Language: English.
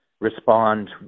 respond